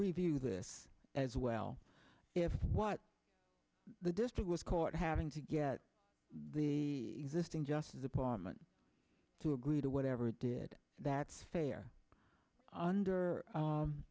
review this as well if what the district was caught having to get the system justice department to agree to whatever did that's fair under